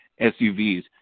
SUVs